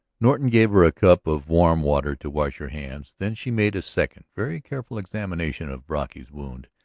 norton gave her a cup of warm water to wash her hands. then she made a second, very careful examination of brocky's wound,